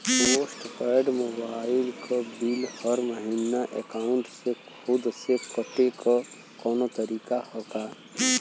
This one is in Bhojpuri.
पोस्ट पेंड़ मोबाइल क बिल हर महिना एकाउंट से खुद से कटे क कौनो तरीका ह का?